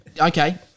okay